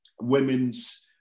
women's